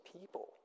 people